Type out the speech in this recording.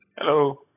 hello